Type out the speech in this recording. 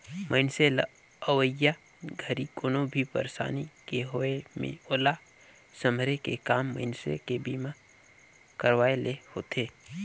मइनसे ल अवइया घरी कोनो भी परसानी के होये मे ओला सम्हारे के काम मइनसे के बीमा करवाये ले होथे